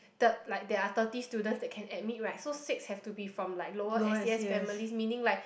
third like there are thirty students that can admit right so six have to be from like lower S_E_S families meaning like